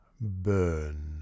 burn